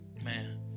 Man